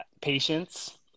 patience